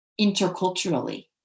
interculturally